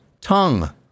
tongue